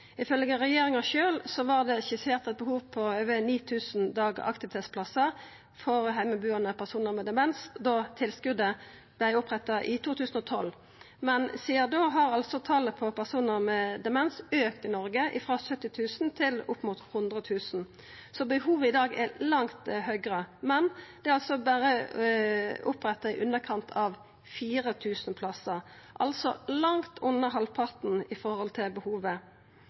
regjeringa sjølv var det skissert eit behov på over 9 000 dagaktivitetsplassar for heimebuande personar med demens da tilskotet vart oppretta i 2012, men sidan da har talet på personar med demens i Noreg auka frå 70 000 til opp mot 100 000. Behovet i dag er langt høgare, men det er berre oppretta i underkant av 4 000 plassar, altså langt under halvparten i forhold til behovet.